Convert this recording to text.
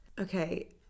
okay